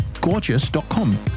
gorgeous.com